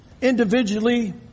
Individually